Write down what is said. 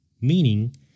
meaning